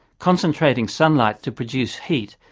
concentrating sunlight to produce heat,